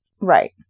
right